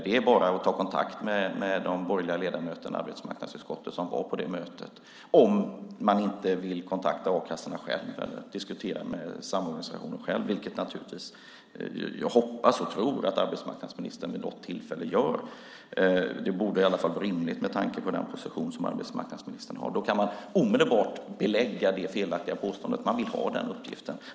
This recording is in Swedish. Det är bara att ta kontakt med de borgerliga ledamöterna i arbetsmarknadsutskottet som var med på det mötet, om man inte vill kontakta a-kassorna själv eller diskutera med samorganisationen, vilket jag naturligtvis hoppas och tror att arbetsmarknadsministern vid något tillfälle gör. Det borde vara rimligt med tanke på den position som arbetsmarknadsministern har. Då kan man omedelbart belägga det felaktiga påståendet. Man vill ha den uppgiften.